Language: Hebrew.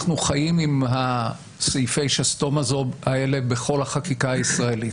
אנחנו חיים עם סעיפי השסתום האלה בכל החקיקה הישראלית,